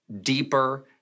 deeper